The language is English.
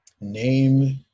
name